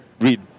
read